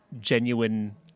genuine